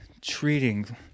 treating